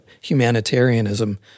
humanitarianism